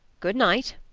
good night.